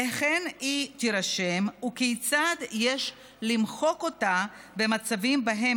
היכן היא תירשם וכיצד יש למחוק אותה במצבים שבהם